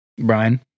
Brian